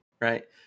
right